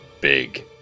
Big